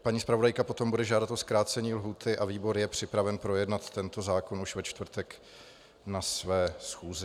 Paní zpravodajka potom bude žádat o zkrácení lhůty a výbor je připraven projednat tento zákon už ve čtvrtek na své schůzi.